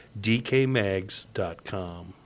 dkmags.com